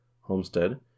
Homestead